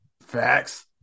Facts